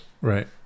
right